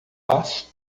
aço